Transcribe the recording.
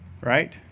Right